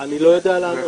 אני לא יודע לענות.